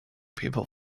people